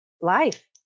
life